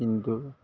কিন্তু